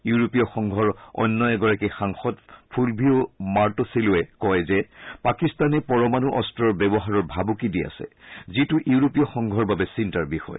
ইউৰোপীয় সংঘৰ অন্য এগৰাকী সাংসদ ফুলভিঅ মাৰ্টুছিলৰে কয় যে পাকিস্তানে পৰমাণু অস্ত্ৰৰ ব্যৱহাৰৰ ভাবুকি দি আছে যিটো ইউৰোপীয় সংঘৰ বাবে চিন্তাৰ বিষয়